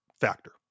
factor